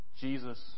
Jesus